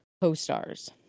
co-stars